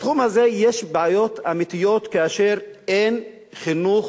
בתחום הזה יש בעיות אמיתיות כאשר אין חינוך